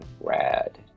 rad